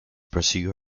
pursue